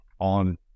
on